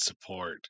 support